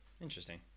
Interesting